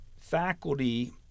faculty